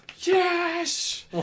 yes